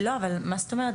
מה זאת אומרת?